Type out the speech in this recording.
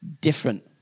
different